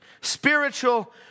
spiritual